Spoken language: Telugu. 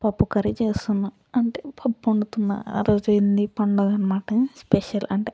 పప్పుకర్రీ చేస్తున్నా అంటే పప్పు వండుతున్నా ఆ రోజు ఏంది పండుగ అనమాట స్పెషల్ అంటే